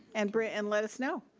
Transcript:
and but and let us know.